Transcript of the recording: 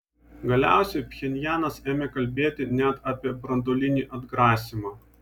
galiausiai pchenjanas ėmė kalbėti net apie branduolinį atgrasymą